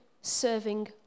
serving